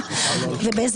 יש שתי דרכים לעשות דיון.